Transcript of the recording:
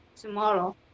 tomorrow